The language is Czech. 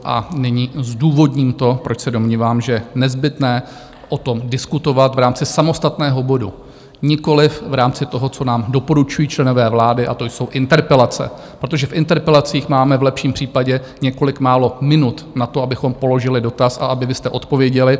A nyní zdůvodním, proč se domnívám, že je nezbytné o tom diskutovat v rámci samostatného bodu, nikoliv v rámci toho, co nám doporučují členové vlády, a to jsou interpelace, protože v interpelacích máme v lepším případě několik málo minut na to, abychom položili dotaz a abyste vy odpověděli.